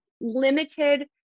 limited